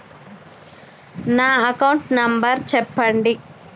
నా account number చెప్పండి?